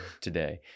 today